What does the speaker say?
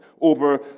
over